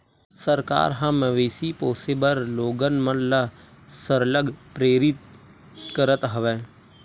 सरकार ह मवेशी पोसे बर लोगन मन ल सरलग प्रेरित करत हवय